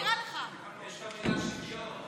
תודה רבה.